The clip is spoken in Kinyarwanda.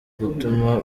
gutuma